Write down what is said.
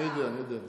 אני יודע, אני יודע.